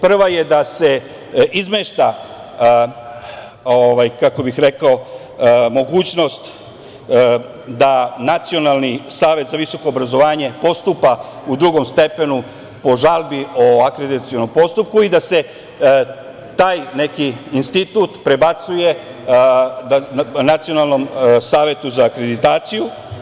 Prva je da se izmešta mogućnost da Nacionalni savet za visoko obrazovanje postupa u drugom stepenu po žalbi o akreditacionom postupku i da se taj neki institut prebacuje Nacionalnom savetu za akreditaciju.